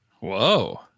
Whoa